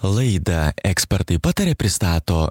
laida ekspertai pataria pristato